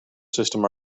system